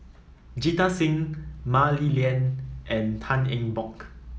Jita Singh Mah Li Lian and Tan Eng Bock